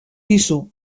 pisu